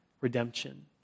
redemption